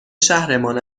شهرمان